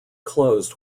closed